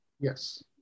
Yes